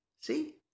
See